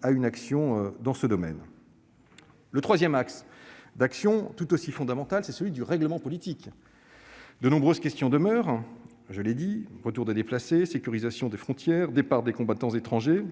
à une action dans ce domaine. Le troisième axe de travail, tout aussi fondamental, est celui du règlement politique. De nombreuses questions demeurent, je l'ai souligné : le retour des déplacés, la sécurisation des frontières, le départ des combattants étrangers.